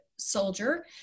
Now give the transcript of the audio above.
soldier